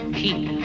keep